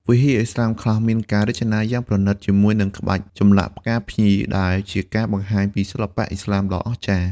វិហារឥស្លាមខ្លះមានការរចនាយ៉ាងប្រណីតជាមួយនឹងក្បាច់ចម្លាក់ផ្កាភ្ញី ដែលជាការបង្ហាញពីសិល្បៈឥស្លាមដ៏អស្ចារ្យ។